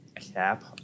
cap